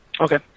okay